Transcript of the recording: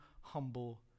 humble